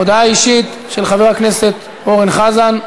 הודעה אישית של חבר הכנסת אורן חזן.